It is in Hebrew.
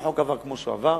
אם החוק עבר כמו שהוא עבר,